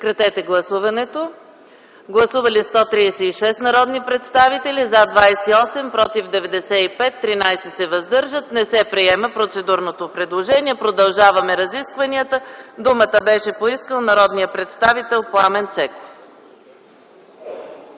разискванията. Гласували 136 народни представители: за 28, против 95, въздържали се 13. Не се приема процедурното предложение. Продължаваме разискванията. Думата беше поискана от народния представител Пламен Цеков.